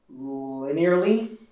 linearly